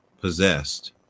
possessed